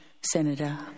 Senator